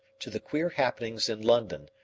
to the queer happenings in london,